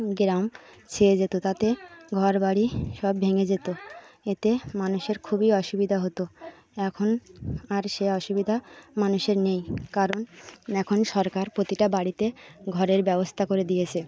গ্রাম ছেয়ে যেতো তাতে ঘর বাড়ি সব ভেঙে যেতো এতে মানুষের খুবই অসুবিধা হতো এখন আর সে অসুবিধা মানুষের নেই কারণ এখন সরকার প্রতিটা বাড়িতে ঘরের ব্যবস্থা করে দিয়েছে